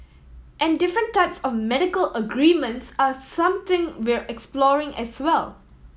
and different types of medical arrangements are something we're exploring as well